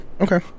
okay